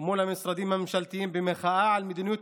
ומול המשרדים הממשלתיים במחאה על מדיניות